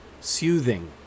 soothing